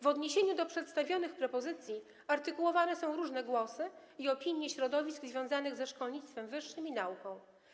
W odniesieniu do przedstawionych propozycji artykułowane są różne głosy i opinie środowisk związanych ze szkolnictwem wyższym i nauką.